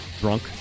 drunk